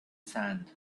sand